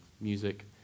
music